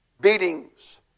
beatings